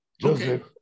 Joseph